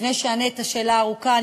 לפני שאענה את התשובה הארוכה,